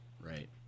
right